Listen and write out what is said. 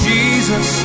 Jesus